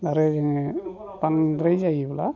आरो बांद्राय जायोब्ला